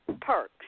perks